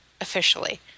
officially